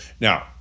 Now